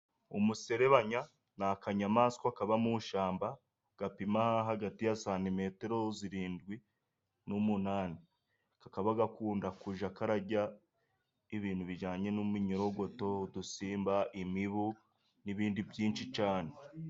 Umuserebanya ni akanyamaswa kaba mu ishyamba gapima hagati ya santimetero zirindwi n'umunani. Kakaba gakunda kujya kararya ibintu bijyanye n'iminyorogoto, udusimba, imibu n'ibindi byinshi cyane.